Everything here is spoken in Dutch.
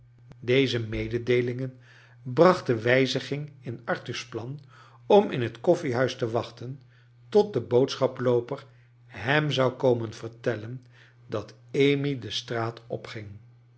deze mededeelingen brachfcen wij ziging in arthur's plan om in het koffiehuis te wachten tot de bood i schaplooper hern zou komen vertelien dat amy de straat opging